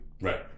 Right